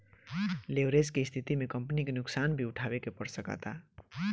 leverage के स्थिति में कंपनी के नुकसान भी उठावे के पड़ सकता